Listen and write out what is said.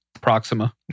Proxima